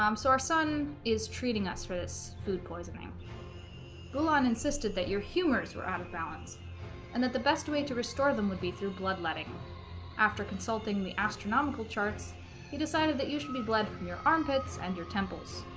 um so our sun is treating us for this food poisoning bulan insisted that your humors were out of balance and that the best way to restore them would be through bloodletting after consulting the astronomical charts he decided that you should be bled from your armpits and your temples